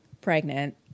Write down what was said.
pregnant